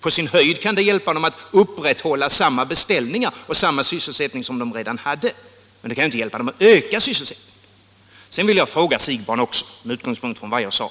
På sin höjd kan det stödet hjälpa dem att upprätthålla samma beställningar och den sysselsättning som 35 de redan förut hade, men det kan inte hjälpa dem att öka sysselsättningen. Sedan vill jag fråga herr Siegbahn om en sak med utgångspunkt i vad jag tidigare sade.